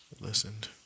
listened